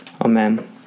Amen